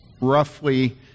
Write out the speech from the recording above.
roughly